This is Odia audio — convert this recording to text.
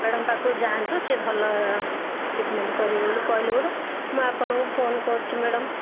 ମ୍ୟାଡ଼ମ୍ ପାଖକୁ ଯାଆନ୍ତୁ ସେ ଭଲ ଟ୍ରିଟମେଣ୍ଟ୍ କରିବେ ବୋଲି କହିଲା ପରୁ ମୁଁ ଆପଣଙ୍କୁ ଫୋନ୍ କରିଛି ମ୍ୟାଡ଼ାମ୍